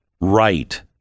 right